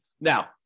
now